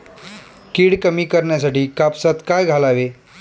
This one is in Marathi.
कीड कमी करण्यासाठी कापसात काय घालावे?